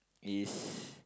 is